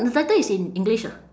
the title is in english ah